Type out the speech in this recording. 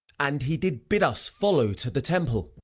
and he did bid us follow to the temple.